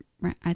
right